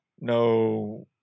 no